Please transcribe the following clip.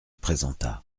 présenta